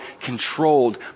controlled